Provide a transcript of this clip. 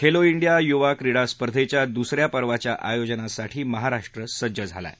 Khelo India युवा क्रिडा स्पर्धेच्या दुसऱ्या पर्वाच्या आयोजनासाठी महाराष्ट्र सज्ज झाला आहे